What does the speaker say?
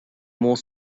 more